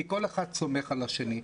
כי כל אחד סומך על השני.